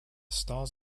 stalls